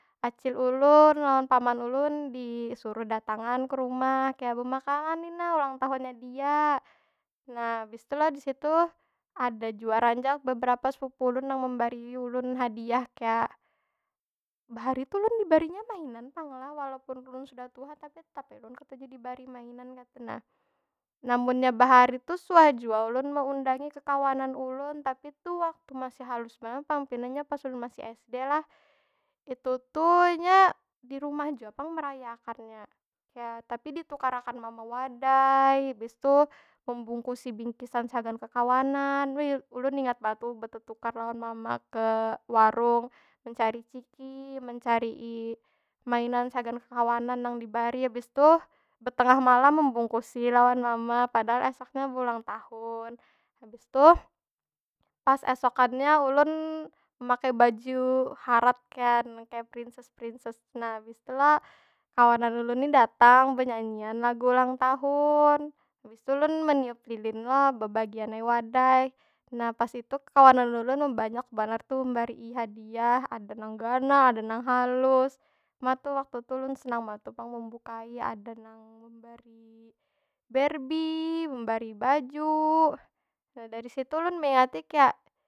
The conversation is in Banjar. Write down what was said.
Acil ulun lawan paman ulun disuruh datangan ke rumah. Kaya, bemakanan ni nah, ulang tahun nya diya. Na abis tu lo di situ ada jua rancak beberapa sepupu ulun nang membarii ulun hadiah, kaya bahari tu ulun dibarinya mainan pang lah. Walaupun ulun sudah tuha tapi tetap ai ulun katuju dibari mainan kaytu nah. Nah munnya bahari tu suah jua ulun meundangi kekawanan ulun, tapi tu waktu masih halus banar pang. Pinanya pas ulun masih sd lah. Itu tu nya, di rumah jua pang meraya akannya. Kaya, tapi ditukar akan mama wadai, bis tu membungkusi bingkisan sagan kekawanan. Wih, ulun ingat banar tu betetukar lawan mama ke warung mencari ciki, mencarii mainan sagan kekawanan nang dibari. Bis tu, betengah malam membungkusi lawan mama, padahal esoknya beulang tahun. Habistu, pas esokannya ulun memakai baju harat kaya, nangkaya princess- princess tu nah. Bis tu lo, kawanan ulun ni datang, benyanyian lagu ulang tahun. Hbasitu ulun meniup lilin lo, bebagian ai wadai. Nah pas itu kekawanan ulun banyak banar tu membarii hadiah ada nang ganal, ada nang halus. Ma tu, waktu tu ulun senang banar tu pang membukai ada nang membari berbi, membari baju. Nah dari situ ulun meingati kaya.